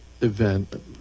event